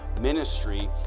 ministry